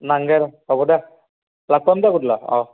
নালাগে হ'ব দে